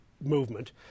movement